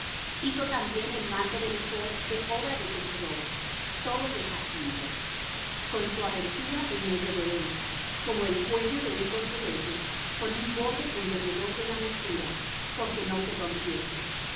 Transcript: hizo también el manto del ephod de obra de tejedor todo de jacinto con su abertura en medio de él como el cuello de un coselete con un borde en derredor de la abertura porque no se rompiese